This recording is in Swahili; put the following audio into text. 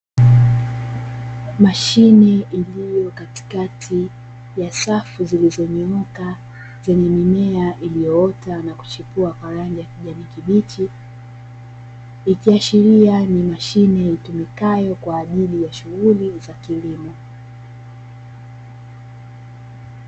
Mashine iliyo katikati ya safu zilizonyooka zenye mimea iliyoota na kuchipua kwa rangi ya kijani kibichi, ikiashiria ni mashine itumikayo kwa ajili ya shughuli za kilimo.